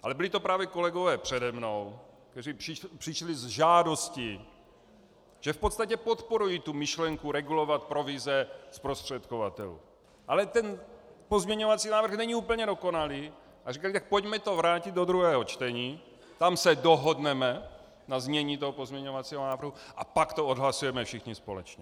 Ale byli to právě kolegové přede mnou, kteří přišli s žádostí, že v podstatě podporují myšlenku regulovat provize zprostředkovatelů, ale ten pozměňovací návrh není úplně dokonalý, a říkali: pojďme to vrátit do druhého čtení, tam se dohodneme na znění toho pozměňovacího návrhu a pak to odhlasujeme všichni společně.